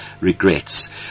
regrets